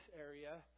area